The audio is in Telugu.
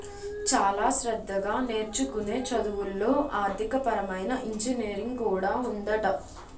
చాలా శ్రద్ధగా నేర్చుకునే చదువుల్లో ఆర్థికపరమైన ఇంజనీరింగ్ కూడా ఉందట